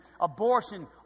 abortion